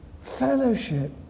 fellowship